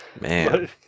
Man